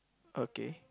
okay